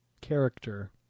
character